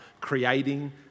creating